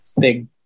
big